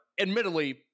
admittedly